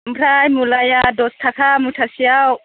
ओमफ्राय मुलाया दस थाखा मुथासेआव